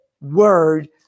word